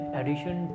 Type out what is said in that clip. addition